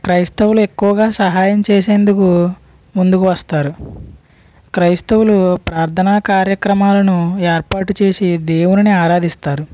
క్రైస్తువులు ఎక్కువగా సహాయం చేయడానికి ముందుకు వస్తారు క్రైస్తవులు ప్రార్ధనా కార్యక్రమాలను ఏర్పాటు చేసి దేవునిని ఆరాధిస్తారు